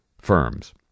firms